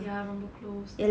ya ரொம்ப:romba close